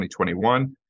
2021